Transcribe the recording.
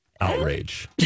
Outrage